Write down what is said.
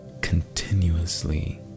continuously